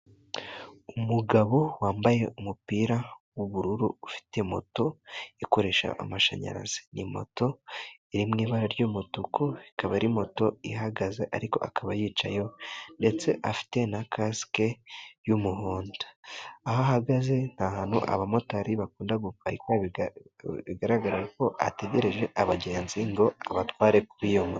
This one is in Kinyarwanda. Umugabo wambaye umupira w'ubururu, ufite moto ikoresha amashanyarazi. Ni moto iri mu ibara ry'umutuku, ikaba ari moto ihagaze ariko akaba ayicayeho ndetse afite na kasike y'umuhondo. Aho ahagaze ni ahantu abamotari bakunda guparika, bigaragara ko ategereje abagenzi ngo abatware kuri iyo moto.